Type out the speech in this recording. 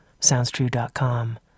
SoundsTrue.com